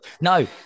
no